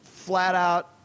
flat-out